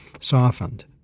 softened